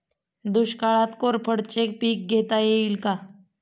दुष्काळात कोरफडचे पीक घेता येईल का?